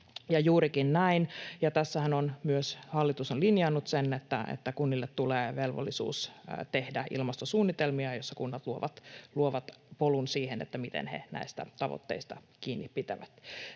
juurikin näin, ja tässähän myös hallitus on linjannut sen, että kunnille tulee velvollisuus tehdä ilmastosuunnitelmia, joissa kunnat luovat polun siihen, miten he näistä tavoitteista kiinni pitävät.